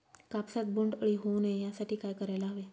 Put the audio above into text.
कापसात बोंडअळी होऊ नये यासाठी काय करायला हवे?